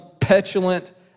petulant